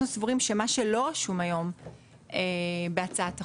אנחנו סבורים שמה שלא רשום היום בהצעת החוק,